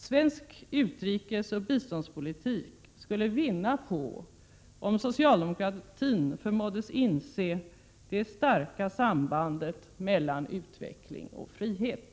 Svensk utrikesoch biståndspolitik skulle vinna på om socialdemokratin förmåddes inse det starka sambandet mellan utveckling och frihet.